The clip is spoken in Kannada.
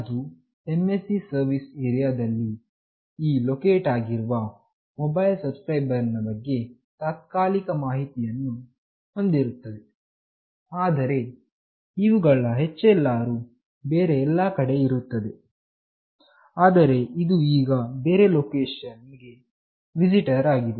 ಅದು MSC ಸರ್ವೀಸ್ ಏರಿಯಾದಲ್ಲಿ ಈಗ ಲೊಕೇಟ್ ಆಗಿರುವ ಮೊಬೈಲ್ ಸಬ್ಸ್ಕ್ರೈಬರ್ ನ ಬಗ್ಗೆ ತಾತ್ಕಾಲಿಕ ಮಾಹಿತಿಯನ್ನು ಹೊಂದಿರುತ್ತದೆ ಆದರೆ ಇವುಗಳ HLR ವು ಬೇರೆ ಎಲ್ಲಾ ಕಡೆ ಇರುತ್ತದೆ ಆದರೆ ಇದು ಈಗ ಬೇರೆ ಲೊಕೇಷನ್ ಗೆ ವಿಸಿಟರ್ ಆಗಿದೆ